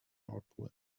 nordpol